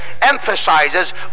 emphasizes